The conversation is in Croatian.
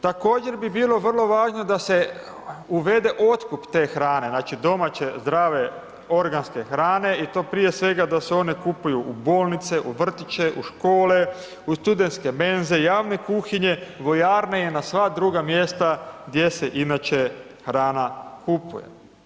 Također bi bilo vrlo važno da se uvede otkup te hrane, znači, domaće, zdrave, organske hrane i to prije svega da se oni kupuju u bolnice, u vrtiće u škole, u studenske menze, javne kuhinje, vojarne i na sva druga mjesta gdje se inače hrana kupuje.